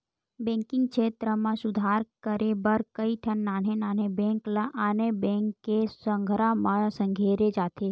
banking छेत्र म सुधार करे बर कइठन नान्हे नान्हे बेंक ल आने बेंक के संघरा म संघेरे जाथे